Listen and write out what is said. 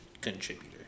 contributor